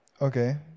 okay